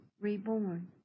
reborn